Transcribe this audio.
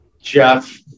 Jeff